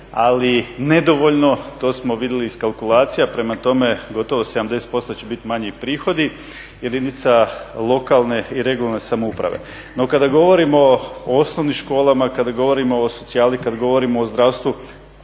ali nedovoljno, to smo vidjeli iz kalkulacija. Prema tome, gotovo 70% će biti manji prihodi jedinica lokalne i regionalne samouprave. No, kada govorimo o osnovnim školama, kada govorimo o socijali, kada govorimo o zdravstvu,